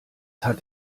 hat